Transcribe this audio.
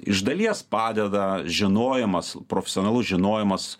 iš dalies padeda žinojimas profesionalus žinojimas